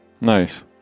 Nice